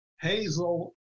hazel